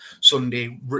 Sunday